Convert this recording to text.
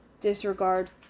disregard